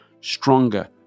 stronger